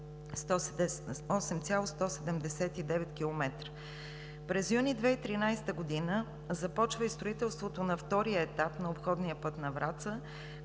месец юни 2013 г. започва и строителството на втория етап на обходния път на Враца,